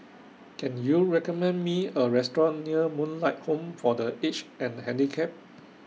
Can YOU recommend Me A Restaurant near Moonlight Home For The Aged and Handicapped